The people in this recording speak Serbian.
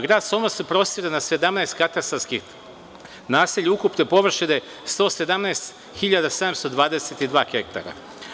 Grad Sombor se prostire na 17 katastarskih naselja ukupne površine 117 hiljada 722 hektara.